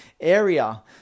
area